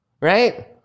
Right